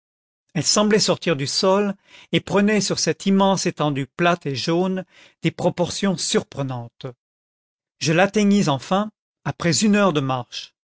elle semblait sortir du sol et prenait sur cette immense étendue plate et jaune des proportions surprenantes je l'atteignis enfin après une heure de marche